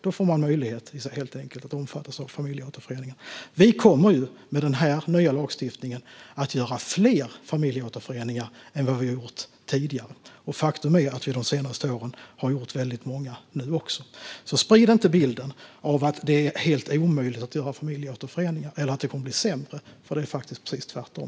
Då får man möjlighet att omfattas av familjeåterföreningen. Vi kommer med den nya lagstiftningen att göra fler familjeåterföreningar än vi gjort tidigare, och faktum är att vi har gjort väldigt många också de senaste åren. Så sprid inte bilden att det är helt omöjligt att göra familjeåterföreningar eller att det kommer att bli sämre! Det är faktiskt precis tvärtom.